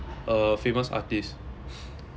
a famous artist